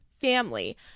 family